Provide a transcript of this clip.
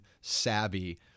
savvy